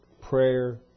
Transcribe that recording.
prayer